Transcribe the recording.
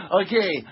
okay